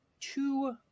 two